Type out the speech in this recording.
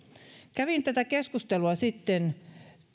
kävin tätä keskustelua sitten